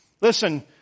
Listen